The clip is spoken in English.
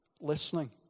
Listening